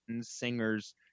singers